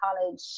college